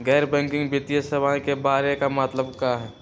गैर बैंकिंग वित्तीय सेवाए के बारे का मतलब?